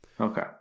okay